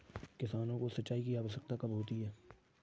किसानों को सिंचाई की आवश्यकता कब होती है?